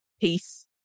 peace